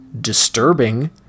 disturbing